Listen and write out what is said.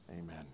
Amen